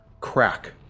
crack